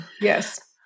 Yes